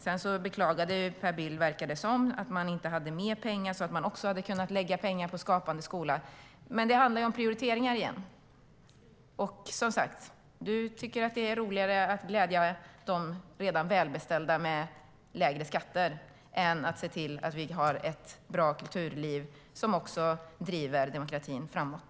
Sedan verkade Per Bill beklaga sig över att man inte hade mer pengar att lägga på Skapande skola. Men det handlar återigen om prioriteringar. Per Bill tycker att det är roligare att glädja de redan välbeställda med lägre skatter än att se till att vi har ett bra kulturliv som också driver demokratin framåt.